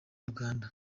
uganda